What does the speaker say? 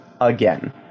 again